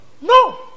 No